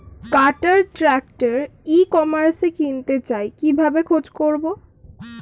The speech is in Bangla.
কাটার ট্রাক্টর ই কমার্সে কিনতে চাই কিভাবে খোঁজ করো?